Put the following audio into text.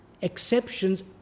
Exceptions